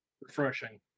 Refreshing